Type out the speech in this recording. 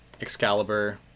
excalibur